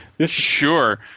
Sure